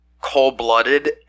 cold-blooded